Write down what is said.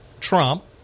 Trump